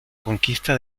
conquista